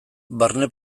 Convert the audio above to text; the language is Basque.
barne